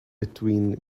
between